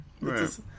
Right